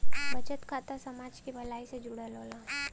बचत खाता समाज के भलाई से जुड़ल होला